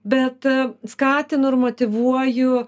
bet skatinu ir motyvuoju